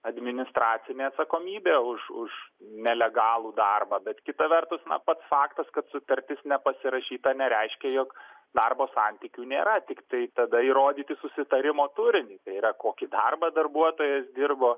administracinė atsakomybė už už nelegalų darbą bet kita vertus pats faktas kad sutartis nepasirašyta nereiškia jog darbo santykių nėra tiktai tada įrodyti susitarimo turinį tai yra kokį darbą darbuotojas dirbo